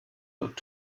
dort